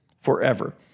forever